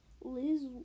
Liz